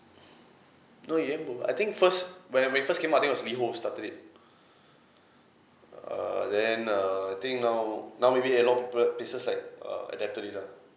no yam boba I think first when it when it first came out I think it was liho started it err then err think now now maybe a lot of people places like uh adapted it lah